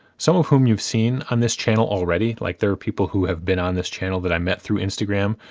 some of whom you've seen on this channel already, like. there are people who have been on this channel that i met through instagram,